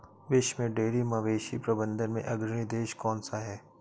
विश्व में डेयरी मवेशी प्रबंधन में अग्रणी देश कौन सा है?